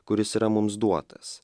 kuris yra mums duotas